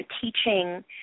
teaching